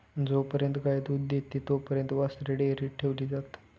जोपर्यंत गाय दूध देते तोपर्यंत वासरे डेअरीत ठेवली जातात